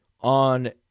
on